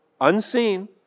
unseen